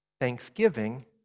thanksgiving